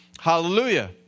Hallelujah